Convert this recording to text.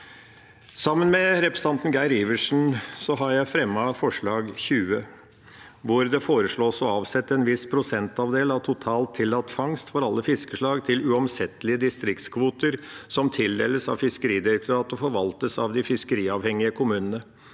Sammen med representanten Geir Adelsten Iversen har jeg fremmet forslag nr. 20, hvor det foreslås «å avsette en viss prosentandel av totalt tillatt fangst (TAC) av alle fiskeslag til uomsettelige distriktskvoter som tildeles av Fiskeridirektoratet og forvaltes av de fiskeriavhengige kommuner».